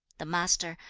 the master,